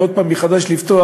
ועוד פעם מחדש לפתוח,